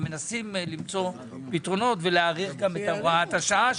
הם מנסים למצוא פתרונות ולהאריך את הוראת השעה.